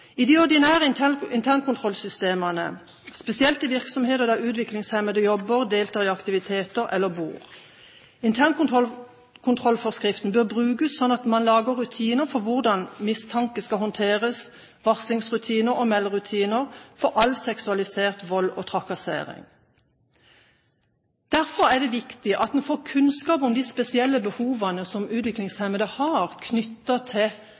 i de ordinære internkontrollsystemene, spesielt i virksomheter der utviklingshemmede jobber, deltar i aktiviteter eller bor. Internkontrollforskriften bør brukes sånn at man lager rutiner for hvordan mistanke skal håndteres, har varslingsrutiner og melderutiner for all seksualisert vold og trakassering. Derfor er det viktig at man får kunnskap om de spesielle behovene som utviklingshemmede har, knyttet til